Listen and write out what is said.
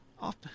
Off